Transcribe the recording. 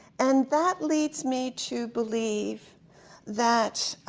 and that leads me to believe that